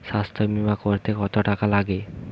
স্বাস্থ্যবীমা করতে কত টাকা লাগে?